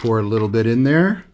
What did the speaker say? for a little bit in there